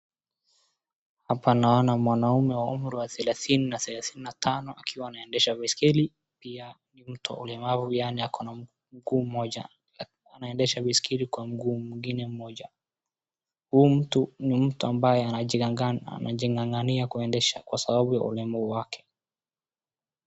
Hapa naona mwanaume wa umri wa thelathini na thelathini na tano akiwa anaendesha baiskeli. Pia ni mtu mlemavu, yaani ako na mguu moja anaendesha baiskeli kwa mguu mwingine mmoja. Huyu mtu ni mtu ambaye anajigangana anajig'ang'ania kuendesha kwa sababu ya ulemavu wake.